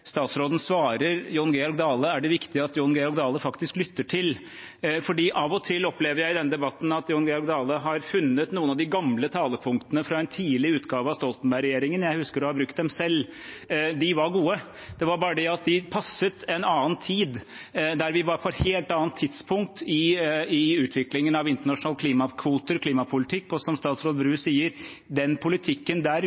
viktig at Jon Georg Dale faktisk lytter til. Av og til opplever jeg i denne debatten at Jon Georg Dale har funnet noen av de gamle talepunktene fra en tidlig utgave av Stoltenberg-regjeringen. Jeg husker å ha brukt dem selv. De var gode. Det er bare det at de passet i en annen tid, der vi var på et helt annet tidspunkt i utviklingen av internasjonale klimakvoter og klimapolitikk, og som statsråd Bru sier: Den politikken der